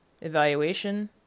evaluation